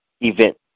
Event